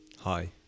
Hi